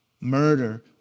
murder